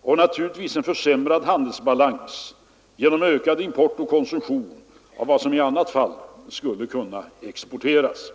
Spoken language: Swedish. och naturligtvis till en försämrad handelsbalans genom ökad import och konsumtion av vad som i annat fall skulle kunna exporteras.